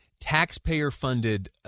taxpayer-funded